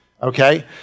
okay